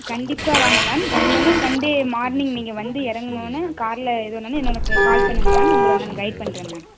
கண்டிப்பாக வாங்க மேம் வந்தொ உடனே சண்டே மார்னிங் நீங்கள் வந்து இறங்குன உடனே காரில் எனக்கு கால் பண்ணுங்கள் மேம் உங்களை நான் கைட் பண்ணுறேன் மேம்